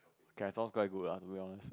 okay ah sounds quite good lah to be honest